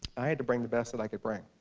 i had to bring the best that i could bring.